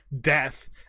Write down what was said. death